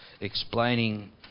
explaining